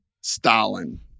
Stalin